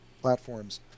platforms